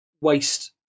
waste